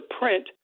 print